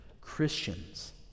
Christians